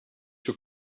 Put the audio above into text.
your